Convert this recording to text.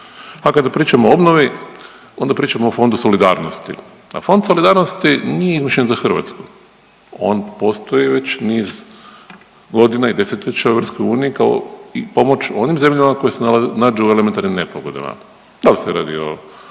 A kada pričamo o obnovi, onda pričamo o Fondu solidarnosti, a Fond solidarnosti nije više ni za Hrvatsku, on postoji već niz godina i desetljeća u EU, kao pomoć onim zemljama koje se nađu u elementarnim nepogodama, da li se radi o